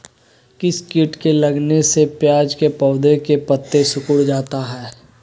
किस किट के लगने से प्याज के पौधे के पत्ते सिकुड़ जाता है?